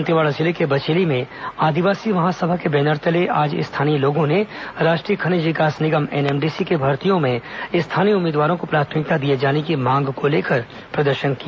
दंतेवाड़ा जिले के बचेली में आदिवासी महासभा के बैनर तले आज स्थानीय लोगों ने राष्ट्रीय खनिज विकास निगम एनएमडीसी की भर्तियों में स्थानीय उम्मीदवारों को प्राथमिकता दिए जाने की मांग को लेकर प्रदर्शन किया